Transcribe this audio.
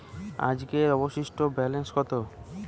আজকের অবশিষ্ট ব্যালেন্স কত?